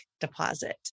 deposit